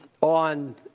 on